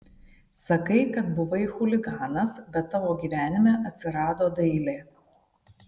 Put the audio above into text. sakai kad buvai chuliganas bet tavo gyvenime atsirado dailė